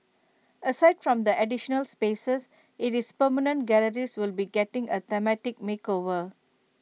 aside from the additional spaces IT is permanent galleries will be getting A thematic makeover